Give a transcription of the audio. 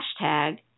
hashtag